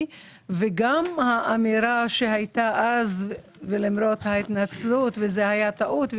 וגם האמירה שהייתה אז ולמרות ההתנצלות שזה היה טעות,